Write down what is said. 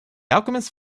alchemist